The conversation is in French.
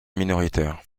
minoritaire